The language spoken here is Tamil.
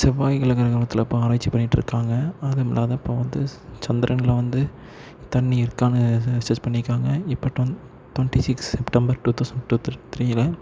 செவ்வாய் கிரகணத்தில் இப்போ ஒரு ஆராய்ச்சி பண்ணிகிட்ருக்காங்க அதுவும் இல்லாத இப்போ வந்து சந்திரன்ல வந்து தண்ணீர் இருக்கானு சர்ச் பண்ணியிருக்காங்க இப்போ டொண் twenty six September two thousand twenty த்ரீல